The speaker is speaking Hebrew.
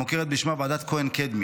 המוכרת בשמה ועדת כהן-קדמי.